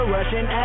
Russian